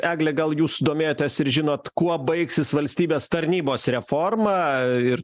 egle gal jūs domėjotės ir žinot kuo baigsis valstybės tarnybos reforma ir